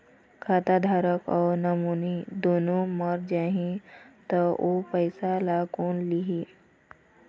खाता धारक अऊ नोमिनि दुनों मर जाही ता ओ पैसा ला कोन लिही?